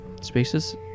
Spaces